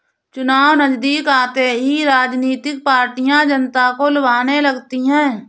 चुनाव नजदीक आते ही राजनीतिक पार्टियां जनता को लुभाने लगती है